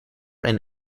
and